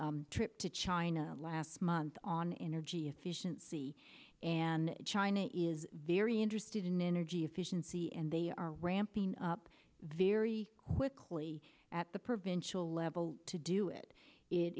trip to china last month on energy efficiency and china is very interested in energy efficiency and they are ramping up very quickly at the provincial level to do it it